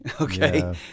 okay